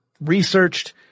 researched